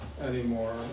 anymore